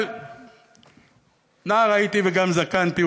אבל נער הייתי וגם זקנתי,